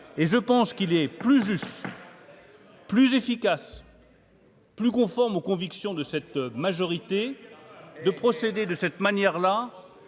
et je pense qu'il est plus juste, plus efficace. Plus conforme aux convictions de cette majorité de procéder de cette manière-là